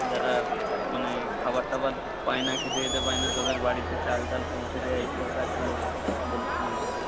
যারা মানে খাবার টাবার পায় না খেতে টেতে পায় না তাদের বাড়িতে চাল টাল পৌঁছে দেওয়া এই সব কাজগুলো বলছিলাম আর কী